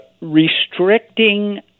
restricting